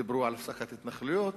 דיברו על הפסקת התנחלויות